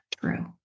true